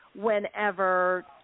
whenever